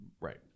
Right